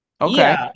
Okay